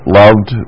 loved